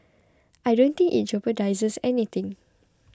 I don't think it jeopardises anything